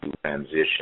transition